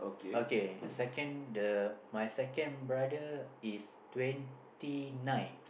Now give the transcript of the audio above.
okay second the my second brother is twenty nine